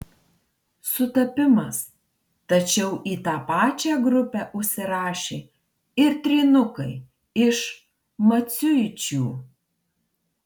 sutapimas tačiau į tą pačią grupę užsirašė ir trynukai iš maciuičių